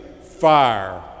fire